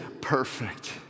perfect